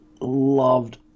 loved